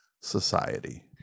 Society